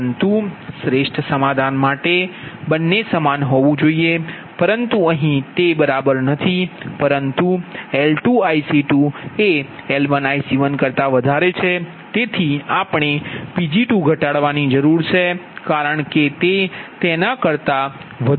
પરંતુ શ્રેષ્ઠ સમાધાન માટે બંને સમાન હોવું જોઈએ પરંતુ અહીં તે બરાબર નથી પરંતુ L2IC2 L1IC1તેથી આપણે Pg2 ઘટાડવાની જરૂર છે કારણ કે તે તેના કરતા વધુ છે